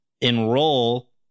enroll